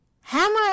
Hammer